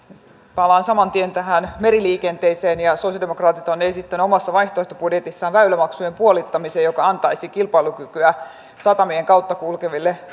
palaan saman tien tähän meriliikenteeseen sosialidemokraatit ovat esittäneet omassa vaihtoehtobudjetissaan väylämaksujen puolittamista mikä antaisi kilpailukykyä satamien kautta kulkeville